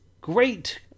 great